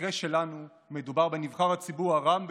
ובמקרה שלנו מדובר בנבחר הציבור הרם ביותר,